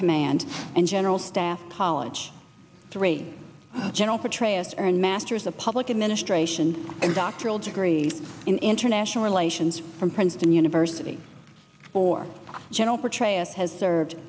command and general staff college three general petraeus earned masters of public administration and doctoral degree in international relations from princeton university for general petraeus has served